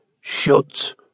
shut